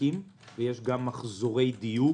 עסקים וגם מחזורי דיור